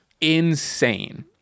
insane